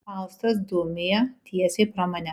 faustas dūmija tiesiai pro mane